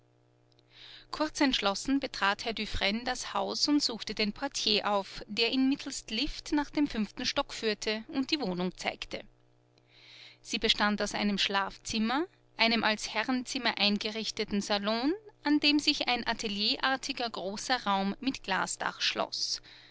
kurz entschlossen betrat herr dufresne das haus und suchte den portier auf der ihn mittelst lift nach dem fünften stock führte und die wohnung zeigte sie bestand aus einem schlafzimmer einem als herrenzimmer eingerichteten salon an den sich ein atelierartiger großer raum mit glasdach schloß